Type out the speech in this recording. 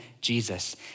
Jesus